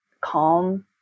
calm